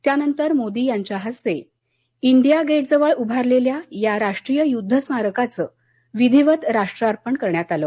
त्यानंतर मोदी यांच्या हस्ते इंडिया गेटजवळ उभारलेल्या या राष्ट्रीय युद्ध स्मारकाचं विधीवत राष्ट्रार्पण करण्यात आलं